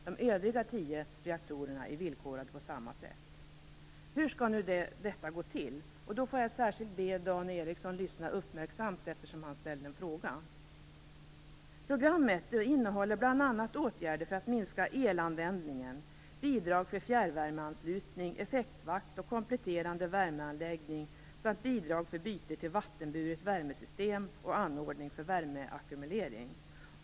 De övriga tio reaktorerna är villkorade på samma sätt. Hur skall då detta gå till? Jag får be särskilt Dan Ericsson att lyssna uppmärksamt. Han ställde ju en fråga. Programmet innehåller bl.a. åtgärder för att minska elanvändningen, bidrag för fjärrvärmeanslutning, effektvakt och kompletterande värmeanläggning samt bidrag för byte till vattenburet värmesystem och anordning för värmeackumulering.